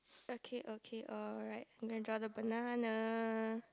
okay okay alright you can draw the banana